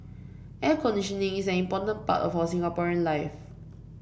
air conditioning is an important part of our Singaporean life